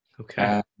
Okay